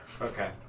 Okay